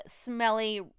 smelly